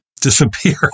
disappear